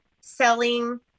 selling